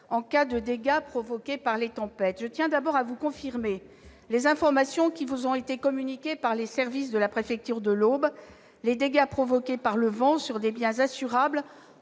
en cas de dégâts provoqués par une tempête. Je tiens d'abord à vous confirmer les informations qui vous ont été communiquées par les services de la préfecture de l'Aube. Les dégâts provoqués par le vent sur des biens assurables